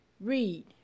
Read